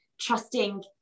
trusting